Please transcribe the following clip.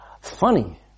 Funny